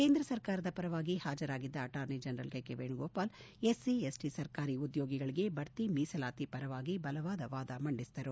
ಕೇಂದ್ರ ಸರ್ಕಾರದ ಪರವಾಗಿ ಹಾಜರಾಗಿದ್ದ attorney general K K Venugopal SC ST ಸರ್ಕಾರಿ ಉದ್ಯೋಗಿಗಳಿಗೆ ಬಡ್ಡಿ ಮೀಸಲಾತಿ ಪರವಾಗಿ ಬಲವಾದ ವಾದ ಮಂಡಿಸಿದರು